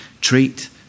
treat